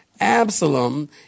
Absalom